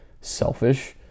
selfish